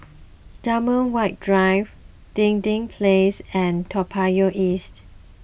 Graham White Drive Dinding Place and Toa Payoh East